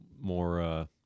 more –